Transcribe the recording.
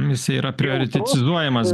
jis yra prioritetizuojamas